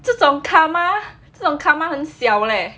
这种 karma 这种 karma 很小 leh